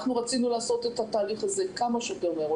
אנחנו רצינו לעשות את התהליך הזה כמה שיותר מהר.